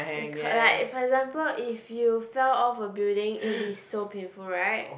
k~ like for example if you fell off a building it will be so painful right